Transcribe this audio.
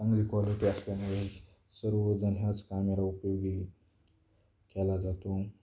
चांगली क्वालिटी असल्यामुळे सर्वजण याच कामेराचा उपयोग केला जातो